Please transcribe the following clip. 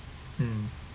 mm